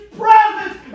presence